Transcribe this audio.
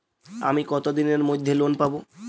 আমি কতদিনের মধ্যে লোন পাব?